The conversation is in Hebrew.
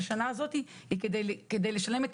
הוספנו את השנה הזאת כדי לשלם את